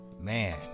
Man